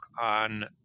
on